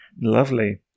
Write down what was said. Lovely